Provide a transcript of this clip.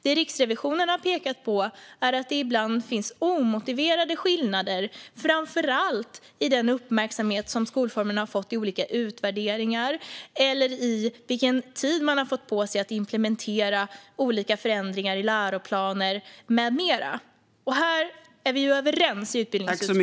Det Riksrevisionen har pekat på är att det ibland finns omotiverade skillnader, framför allt när det gäller den uppmärksamhet skolformen har fått i olika utvärderingar eller den tid man har fått på sig att implementera olika förändringar i läroplaner med mera. Här är vi överens i utbildningsutskottet.